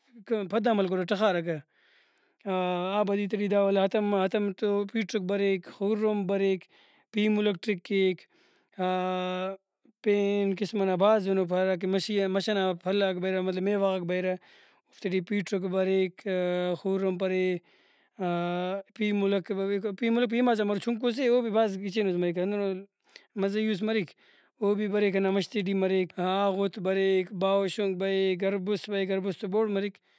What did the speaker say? پدام ہلکرہ ٹخارکہ آبادی تے ٹی دا ولدا ہتم ہتم تو پیٹرک بریک خورومب بریک پیملک ٹرکیک پین قسم ئنا بھاز دہنو بریرہ ہرا مشیئا مش ئنا پلاک بریرہ مطلب میوہ غاک بریرہ اوفتے ٹی پیٹرک بریک خورومب بریک پیملک بریک پیملک پیمازان بارو چُنکو سے او بھی بھاز گچینوس مریک ہندنو مزئیوس مریک او بھی بریک ہندا مش تے ٹی مریک۔ آغوت بریک باہوشنک بریک گربُست بریک گربُست تو بوڑ مریک